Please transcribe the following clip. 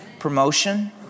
promotion